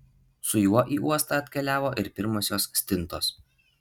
su juo į uostą atkeliavo ir pirmosios stintos